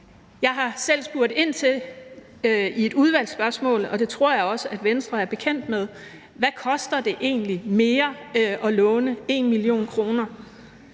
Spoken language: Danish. Jeg har selv spurgt ind til i et udvalgsspørgsmål, og det tror jeg også Venstre er bekendt med, hvad det egentlig koster mere at låne 1 mio. kr.